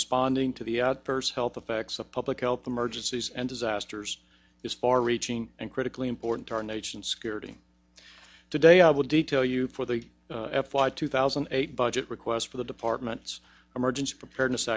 responding to the adverse health effects of public health emergencies and disasters is far reaching and critically important to our nation's security today i will detail you for the f y two thousand and eight budget requests for the department's emergency preparedness